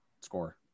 score